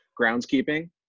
groundskeeping